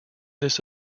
this